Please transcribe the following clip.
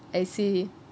I see